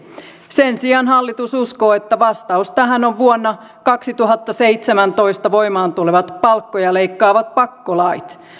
sen sijaan hallitus uskoo että vastaus tähän on vuonna kaksituhattaseitsemäntoista voimaan tulevat palkkoja leikkaavat pakkolait